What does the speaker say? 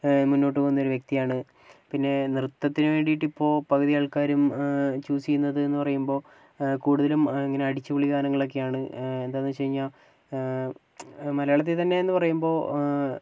മുന്നോട്ട് പോവുന്നൊരു വ്യക്തിയാണ് പിന്നെ നൃത്തത്തിന് വേണ്ടിയിട്ട് ഇപ്പോൾ പകുതി ആൾക്കാരും ചൂസ് ചെയ്യുന്നത് എന്ന് പറയുമ്പോൾ കൂടുതലും ഇങ്ങനെ അടിച്ചുപൊളി ഗാനങ്ങളൊക്കെയാണ് എന്താന്ന് വെച്ച് കഴിഞ്ഞാൽ മലയാളത്തിൽ തന്നെ എന്ന് പറയുമ്പോൾ